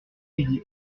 midi